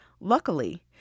Luckily